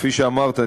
כפי שאמרת.